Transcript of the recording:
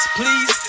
please